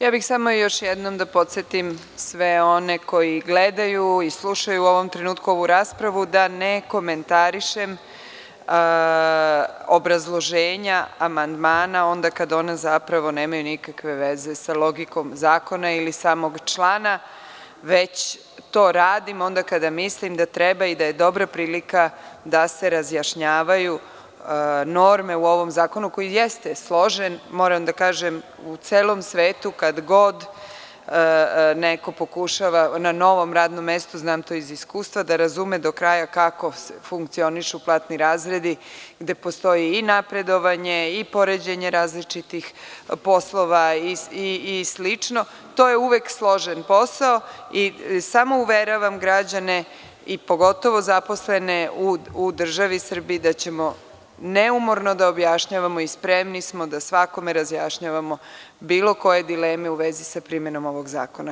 Ja bih samo još jednom da podsetim sve one koji gledaju i slušaju u ovom trenutku ovu raspravu, da ne komentarišem obrazloženja amandmana onda kada ona zapravo nemaju nikakve veze sa logikom zakona ili samog člana, već to radim onda kada mislim da treba i da je dobra prilika da se razjašnjavaju norme u ovom zakonu koji jeste složen, moram da kažem u celom svetu, kada god neko pokušava na novom radnom mestu, znam to iz iskustva, da razume do kraja kako funkcionišu platni razredi, gde postoji i napredovanje i poređenje različitih poslova i slično, to je uvek složen posao i samo uveravam građane, pogotovo zaposlene u državi Srbiji da ćemo neumorno da objašnjavamo i spremni smo da svakome razjašnjavamo bilo koje dileme u vezi sa primenom ovog zakona.